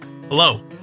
Hello